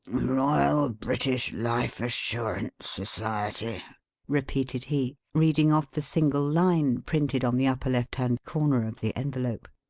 royal british life assurance society repeated he, reading off the single line printed on the upper left-hand corner of the envelope.